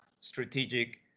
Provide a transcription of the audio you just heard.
strategic